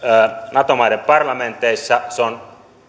nato maiden parlamenteissa se on